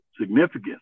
significance